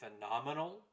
phenomenal